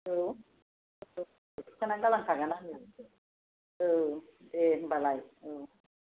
औ औ खिन्थानानै गालांखागोन आङो औ दे होनबालाय औ